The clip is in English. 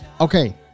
okay